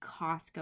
Costco